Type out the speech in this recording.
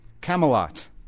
Camelot